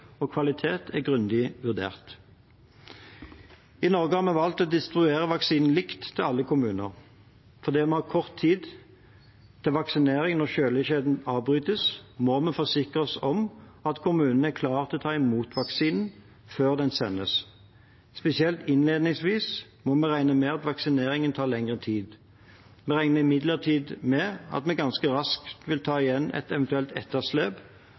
og kvalitet er grundig vurdert. I Norge har vi valgt å distribuere vaksinen likt til alle kommuner. Fordi vi har kort tid til vaksinering når kjølekjeden avbrytes, må vi forsikre oss om at kommunene er klare til å ta imot vaksinen før den sendes. Spesielt innledningsvis må vi regne med at vaksineringen tar lengre tid. Vi regner imidlertid med at vi ganske raskt vil ta igjen et eventuelt etterslep,